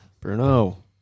Bruno